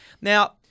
Now